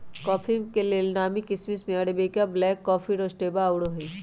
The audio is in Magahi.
कॉफी के लेल नामी किशिम में अरेबिका, ब्लैक कॉफ़ी, रोबस्टा आउरो हइ